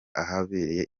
ahabereye